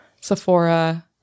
Sephora